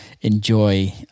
enjoy